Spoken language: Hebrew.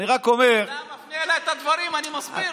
אתה מפנה אליי את הדברים, אני מסביר.